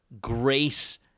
grace